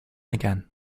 again